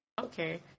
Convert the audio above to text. Okay